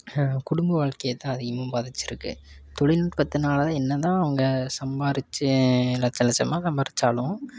குடும்ப வாழ்க்கைய தான் அதிகமாக பாதிச்சுருக்கு தொழில்நுட்பத்துனால என்ன தான் அவங்க சம்பாரிச்சு லட்சம் லட்சமாக சம்பாதிச்சாலும்